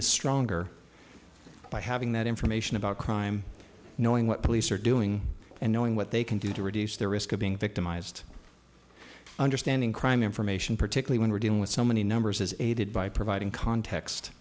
is stronger by having that information about crime knowing what police are doing and knowing what they can do to reduce their risk of being victimized understanding crime information particularly when we're dealing with so many numbers aided by providing context